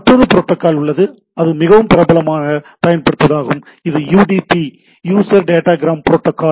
மற்றொரு புரோட்டோகால் உள்ளது அதுவும் மிக பிரபலமாக பயன்படுத்தப்படுவதாகும் இது யுடிபி யூசர் டேட்டாகிராம் புரோட்டோகால்